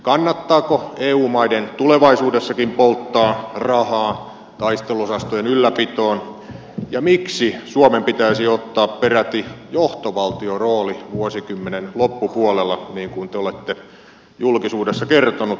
kannattaako eu maiden tulevaisuudessakin polttaa rahaa taisteluosastojen ylläpitoon ja miksi suomen pitäisi ottaa peräti johtovaltiorooli vuosikymmenen loppupuolella niin kuin te olette julkisuudessa kertonut